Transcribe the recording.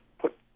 put